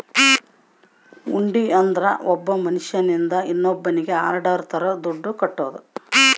ಹುಂಡಿ ಅಂದ್ರ ಒಬ್ಬ ಮನ್ಶ್ಯನಿಂದ ಇನ್ನೋನ್ನಿಗೆ ಆರ್ಡರ್ ತರ ದುಡ್ಡು ಕಟ್ಟೋದು